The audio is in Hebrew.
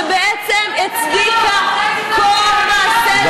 שבעצם הצדיקה כל מעשה,